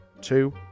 Two